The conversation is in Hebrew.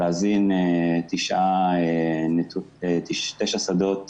להזין תשעה שדות